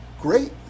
Great